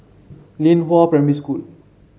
Lianhua Primary School